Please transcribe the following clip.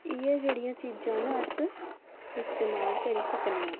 इ'यै जेह्ड़ियां चीजां न अस इस्तमाल करी सकनेआं